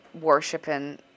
worshiping